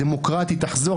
הדמוקרטי תחזור,